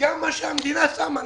וגם מה שהמדינה שמה,